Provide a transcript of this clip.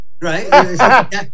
right